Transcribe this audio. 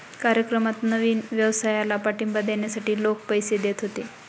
कार्यक्रमात नवीन व्यवसायाला पाठिंबा देण्यासाठी लोक पैसे देत होते